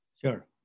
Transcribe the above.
Sure